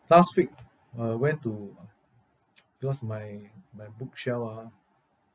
last week I went to uh because my my bookshelf ah